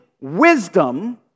wisdom